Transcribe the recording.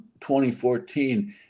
2014